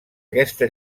aquesta